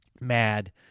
mad